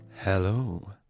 Hello